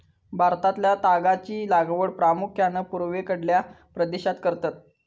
भारतातल्या तागाची लागवड प्रामुख्यान पूर्वेकडल्या प्रदेशात करतत